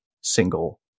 single